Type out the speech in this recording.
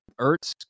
Ertz